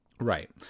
Right